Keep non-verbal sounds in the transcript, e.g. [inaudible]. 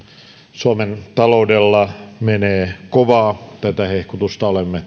suomen taloudella menee kovaa tätä hehkutusta olemme [unintelligible]